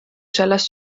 sellest